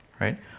Right